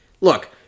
look